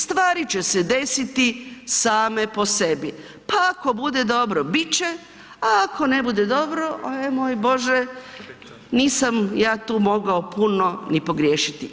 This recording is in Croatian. Stvari će se desiti same po sebi, pa ako bude dobro bit će, a ako ne bude dobro e moj bože nisam ja tu mogao puno ni pogriješiti.